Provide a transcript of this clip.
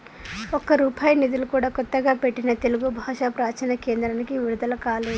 ఒక్క రూపాయి నిధులు కూడా కొత్తగా పెట్టిన తెలుగు భాషా ప్రాచీన కేంద్రానికి విడుదల కాలేదు